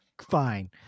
fine